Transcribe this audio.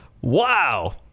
wow